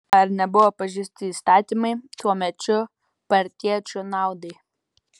ar nebuvo pažeisti įstatymai tuomečių partiečių naudai